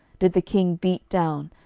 did the king beat down,